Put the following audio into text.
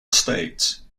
states